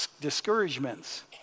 discouragements